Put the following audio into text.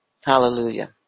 Hallelujah